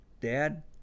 dad